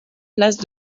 place